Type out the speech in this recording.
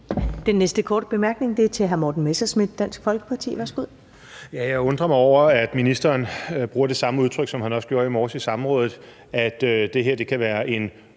Den næste korte bemærkning er til hr. Morten Messerschmidt, Dansk Folkeparti. Værsgo.